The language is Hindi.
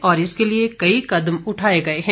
और इसके लिए कई कदम उठाऐ गऐ है